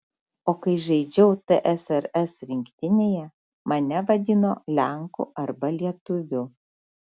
o kai žaidžiau tsrs rinktinėje mane vadino lenku arba lietuviu